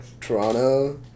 Toronto